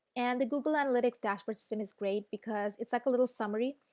and the google analytics dashboard system is great because it's like a little summary.